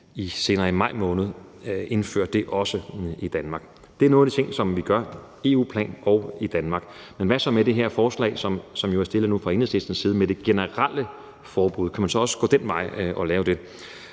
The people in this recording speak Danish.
vi senere i maj måned også indføre det i Danmark. Det er nogle af de ting, som vi gør på EU-plan og i Danmark. Men hvad så med det her forslag, som jo er fremsat fra Enhedslistens side, om det generelle forbud? Kan man så også gå den vej og lave det?